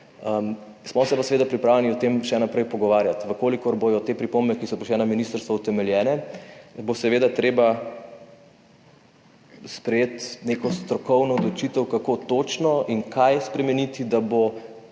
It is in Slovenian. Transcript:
Smo se pa seveda pripravljeni o tem še naprej pogovarjati. V kolikor bodo te pripombe, ki so prišle na ministrstvo utemeljene, bo seveda treba sprejeti neko strokovno odločitev, kako točno in kaj spremeniti, da bojo